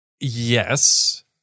Yes